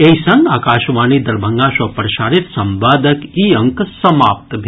एहि संग आकाशवाणी दरभंगा सँ प्रसारित संवादक ई अंक समाप्त भेल